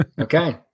okay